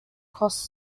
cost